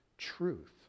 Truth